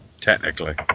technically